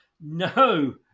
No